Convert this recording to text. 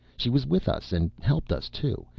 she was with us, and helped us, too.